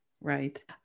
right